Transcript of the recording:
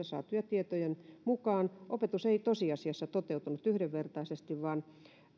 saatujen tietojen mukaan opetus ei tosiasiassa toteutunut yhdenvertaisesti vaan